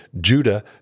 Judah